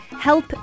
help